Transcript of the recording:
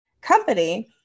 company